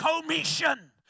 commission